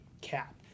Cap